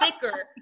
thicker